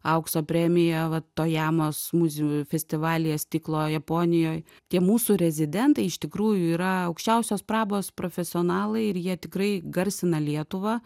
aukso premiją vat tojamos muzių festivalyje stiklo japonijoj tie mūsų rezidentai iš tikrųjų yra aukščiausios prabos profesionalai ir jie tikrai garsina lietuvą